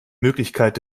möglichkeit